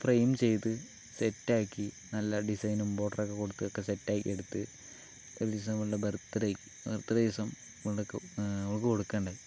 frame ചെയ്ത് സെറ്റാക്കി നല്ല ഡിസൈനും ബോർഡറൊക്കെ കൊടുത്തു സെറ്റാക്കിയെടുത്ത് ഒരു ദിവസം ഇവളുടെ ബർത്ത്ഡേക്ക് ബർത്ത് ഡേ ദിവസം അവൾക്ക് കൊടുക്കുക ഉണ്ടായി